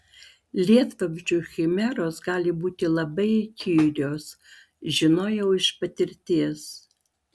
lietvamzdžių chimeros gali būti labai įkyrios žinojau iš patirties